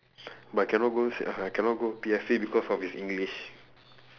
but cannot go sec~ uh cannot go P_F_P because of his english